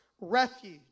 Refuge